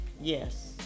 yes